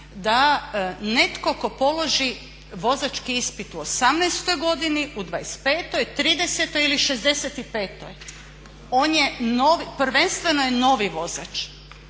da netko tko položi vozački ispit u 18. godini, u 25., 30. ili 65. on je novi, prvenstveno je novi vozač